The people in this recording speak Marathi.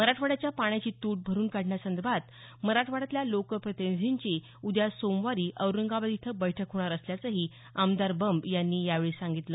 मराठवाड्याच्या पाण्याची तूट भरून काढण्यासंदर्भात मराठवाड्यातल्या लोक प्रतिनिधींची उद्या सोमवारी औरंगाबाद इथं बैठक होणार असल्याचंही आमदार बंब यांनी यावेळी सांगितलं